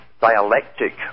dialectic